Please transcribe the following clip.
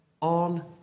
on